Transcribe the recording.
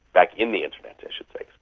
back in the internet i should say.